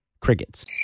crickets